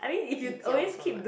计较 so much